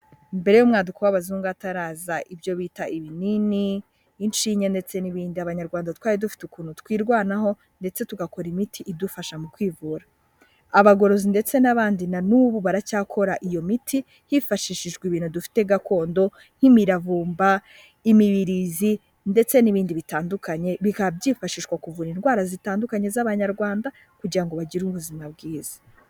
Mbere y'umwaduko w'abazungu hataraza ibyo bita ibinini, inshinge ndetse n'ibindi, abanyarwanda twari dufite ukuntu twirwanaho, ndetse tugakora imiti idufasha mu kwivura. Abagorozi ndetse n'abandi na n'ubu baracyakora iyo miti, hifashishijwe ibintu dufite gakondo nk'imiravumba, imibirizi ndetse n'ibindi bitandukanye bikaba byifashishwa kuvura indwara zitandukanye z'abanyarwanda kugira ngo bagire ubuzima bwiza.